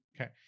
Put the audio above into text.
Okay